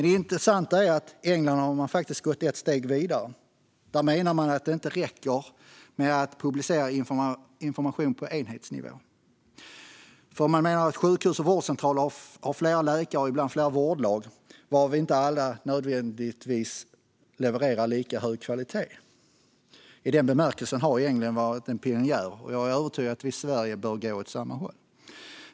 Det intressanta är att man i England har gått ett steg vidare. Där menar man att det inte räcker med att publicera information på enhetsnivå. Sjukhus och vårdcentraler har flera läkare och ibland flera vårdlag, varav inte alla nödvändigtvis levererar lika hög kvalitet. I den bemärkelsen har England varit en pionjär, och jag är övertygad om att vi i Sverige bör gå åt samma håll.